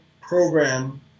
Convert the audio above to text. program